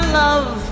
love